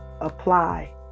apply